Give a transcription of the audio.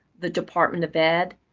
the department of ed,